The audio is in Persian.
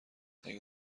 اگه